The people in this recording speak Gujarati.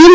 એમ